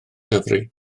cyfri